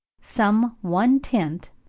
some one tint,